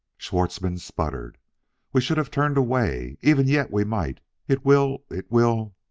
schwartzmann sputtered we should haff turned away. even yet we might. it will it will